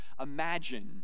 imagine